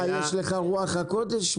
אנחנו בוחנים כיצד לעודד שימוש יותר קבוע,